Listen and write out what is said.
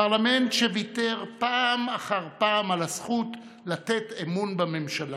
פרלמנט שוויתר פעם אחר פעם על הזכות לתת אמון בממשלה.